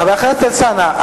חבר הכנסת אלסאנע,